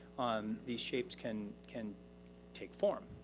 um these shapes can can take form.